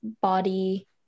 body